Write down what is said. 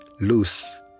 Loose